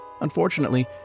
Unfortunately